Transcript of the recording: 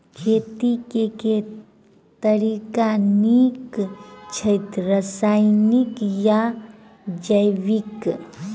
खेती केँ के तरीका नीक छथि, रासायनिक या जैविक?